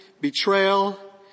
betrayal